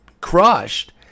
crushed